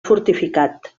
fortificat